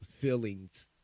feelings